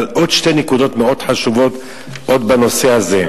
אבל עוד שתי נקודות מאוד חשובות בנושא הזה,